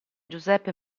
giuseppe